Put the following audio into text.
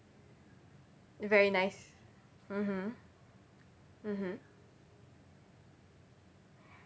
very nice mmhmm mmhmm